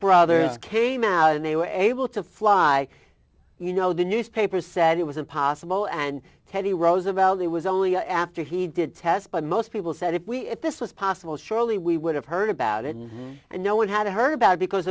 brothers came out and they were able to fly you know the newspapers said it was impossible and teddy roosevelt it was only after he did test but most people said if we if this was possible surely we would have heard about it and no one had heard about it because